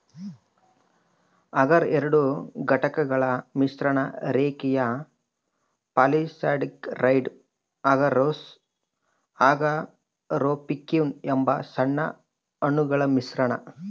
ಅಗರ್ ಎರಡು ಘಟಕಗಳ ಮಿಶ್ರಣ ರೇಖೀಯ ಪಾಲಿಸ್ಯಾಕರೈಡ್ ಅಗರೋಸ್ ಅಗಾರೊಪೆಕ್ಟಿನ್ ಎಂಬ ಸಣ್ಣ ಅಣುಗಳ ಮಿಶ್ರಣ